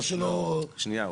שנייה.